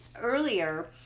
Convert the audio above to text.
earlier